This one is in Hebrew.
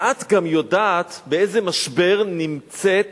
ואת גם יודעת באיזה משבר נמצאת